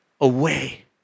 away